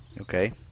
okay